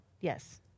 Yes